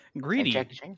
Greedy